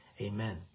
Amen